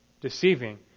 deceiving